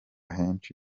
henshi